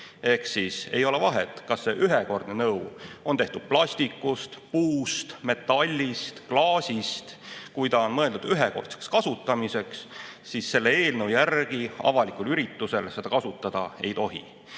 Ehk siis ei ole vahet, kas see ühekordne nõu on tehtud plastikust, puust, metallist, klaasist – kui ta on mõeldud ühekordseks kasutamiseks, siis selle eelnõu järgi avalikul üritusel seda kasutada ei